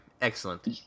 Excellent